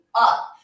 up